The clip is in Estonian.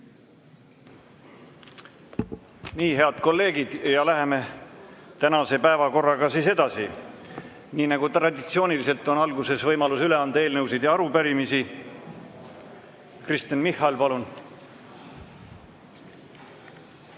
Head kolleegid! Läheme tänase päevakorraga edasi. Nii nagu traditsiooniks, on alguses võimalus üle anda eelnõusid ja arupärimisi. Kristen Michal, palun!